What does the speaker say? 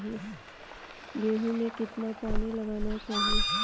गेहूँ में कितना पानी लगाना चाहिए?